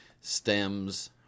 stems